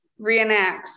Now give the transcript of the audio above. reenacts